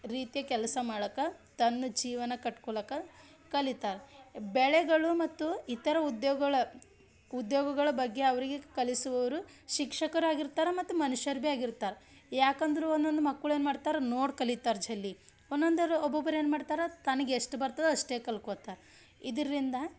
ರೀತಿ ಕೆಲಸ ಮಾಡಕ್ಕೆ ತನ್ನ ಜೀವನ ಕಟ್ಕೊಳಕ ಕಲಿತಾರೆ ಬೆಳೆಗಳು ಮತ್ತು ಇತರ ಉದ್ಯೋಗಗಳ ಉದ್ಯೋಗಗಳ ಬಗ್ಗೆ ಅವರಿಗೆ ಕಲಿಸುವವರು ಶಿಕ್ಷಕರಾಗಿರ್ತಾರ ಮತ್ತು ಮನುಷ್ಯರು ಭಿ ಆಗಿರ್ತಾರೆ ಯಾಕಂದ್ರೆ ಒನ್ದನ್ದು ಮಕ್ಕಳು ಏನು ಮಾಡ್ತಾರೆ ನೋಡಿ ಕಲಿತಾರೆ ಜಲ್ಲಿ ಒಂದೊಂದರ ಒಬ್ಬೊಬ್ರು ಏನು ಮಾಡ್ತಾರ ತನ್ಗೆ ಎಷ್ಟು ಬರ್ತದೆ ಅಷ್ಟೇ ಕಲ್ಕೋತಾರೆ ಇದರಿಂದ